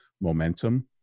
momentum